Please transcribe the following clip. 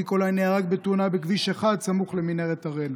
ניקולאי נהרג בתאונה בכביש 1, סמוך למנהרת הראל.